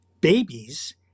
babies